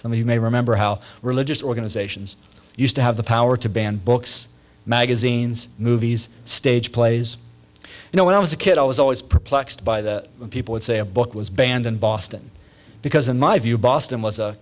you may remember how religious organizations used to have the power to ban books magazines movies stage plays you know when i was a kid i was always perplexed by the people would say a book was banned in boston because in my view boston was